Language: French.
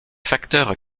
facteurs